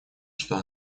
что